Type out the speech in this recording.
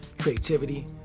creativity